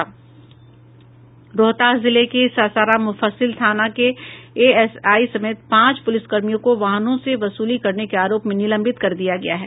रोहतास जिले के सासाराम मुफस्सिल थाना के एएसआई समेत पांच पुलिसकर्मियों को वाहनों से वसूली करने के आरोप में निलंबित कर दिया गया है